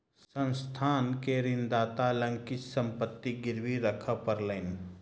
संस्थान के ऋणदाता लग किछ संपत्ति गिरवी राखअ पड़लैन